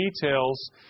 details